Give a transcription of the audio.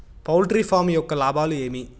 poultry farm యొక్క లాభాలు ఏమి